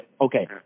Okay